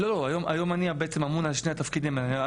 היום אני בעצם אמון על שני התפקידים האלה.